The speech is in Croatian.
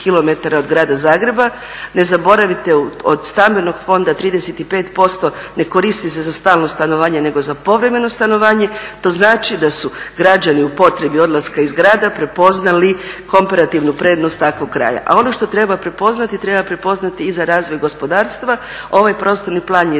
od Grada Zagreba. Ne zaboravite, od stambenog fonda 35% ne koristi se za stalno stanovanje nego za povremeno stanovanje. To znači da su građani u potrebi odlaska iz grada prepoznali komparativnu prednost takvog kraja. A ono što treba prepoznati, treba prepoznati i za razvoj gospodarstva. Ovaj prostorni plan je